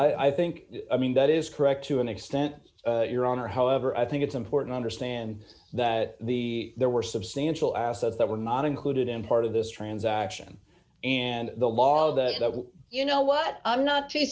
right i think i mean that is correct to an extent your honor however i think it's important understand that the there were substantial assets that were not included in part of this d transaction and the law that you know what i'm not too